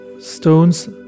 stones